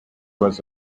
was